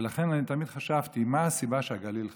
ולכן אני תמיד חשבתי: מה הסיבה שהגליל חרב?